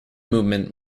movement